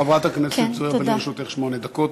חברת הכנסת זועבי, לרשותך שמונה דקות.